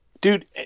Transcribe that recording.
dude